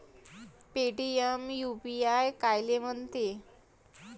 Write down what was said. Paytm UPI कायले म्हनते?